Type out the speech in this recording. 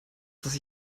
dass